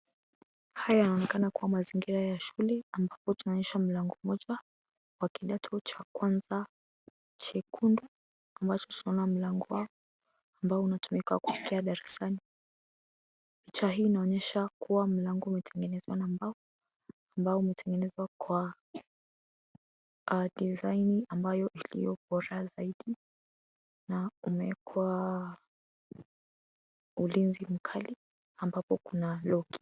Haya yanaonekana kuwa mazingira ya shule ambapo tunaonyeshwa mlango mmoja wa kidato cha kwanza chekundu ambacho tunaona mlango wao ambao unatumika kufikia darasani, picha hii inaonyesha kuwa mlango umetengenezwa na mbao ambao umetengenezwa kwa dizaini ambayo iliyo bora zaidi na umeekwa ulinzi mkali ambapo kuna loki .